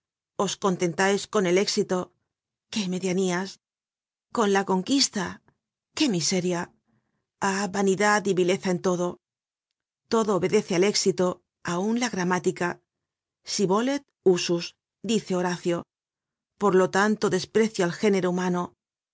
os contentais con el éxito qué medianías con la conquista qué miseria ah vanidad y vileza en todo todo obedece al éxito aun la gramática si volet usus dice horacio por lo tanto desprecio al género humano